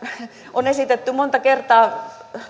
on esitetty monta kertaa